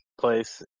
place